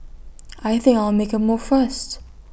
I think I'll make A move first